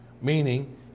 Meaning